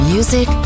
Music